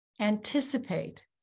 Anticipate